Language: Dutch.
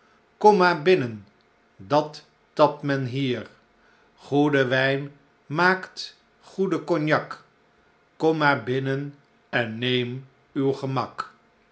kom maar binnen dat tapt men hier goede wijn maakt goeden cognac kom maar binnen en neem uw gemak